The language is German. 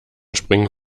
springen